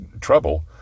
trouble